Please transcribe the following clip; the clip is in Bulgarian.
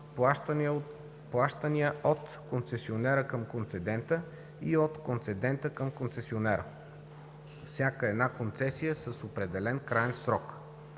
плащания от концесионера към концедента и от концедента към концесионера. Всяка една концесия е с определен краен срок.